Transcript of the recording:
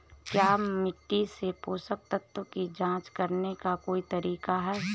क्या मिट्टी से पोषक तत्व की जांच करने का कोई तरीका है?